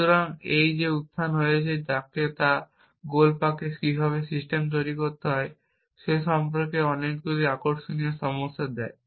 সুতরাং এই যে উত্থান হয়েছে তা গোলাপকে কীভাবে সিস্টেম তৈরি করতে হয় সে সম্পর্কে অনেকগুলি আকর্ষণীয় সমস্যা দেয়